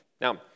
Now